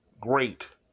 great